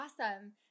awesome